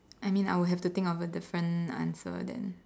I mean I would have to think of a different answer then